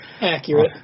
Accurate